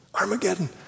Armageddon